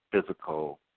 physical